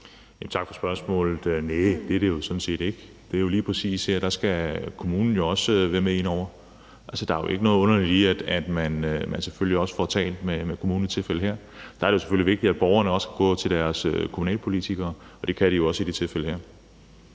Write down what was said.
Tak for spørgsmålet. Næh, det er det jo sådan set ikke. Det er jo sådan, at lige præcis her skal kommunen også være med inde over. Der er jo ikke noget underligt i, at man selvfølgelig også får talt med kommunen i det tilfælde her. Der er det jo selvfølgelig vigtigt, at borgerne også kan gå til deres kommunalpolitikere, og det kan de jo også i det tilfælde her.